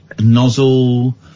nozzle